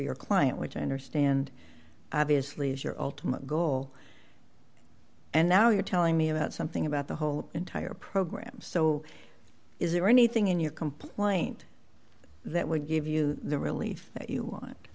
your client which i understand obviously is your ultimate goal and now you're telling me about something about the whole entire program so is there anything in your complaint that would give you the relief that you want